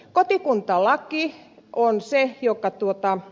kotikuntalaki on se joka tuottaa